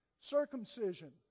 Circumcision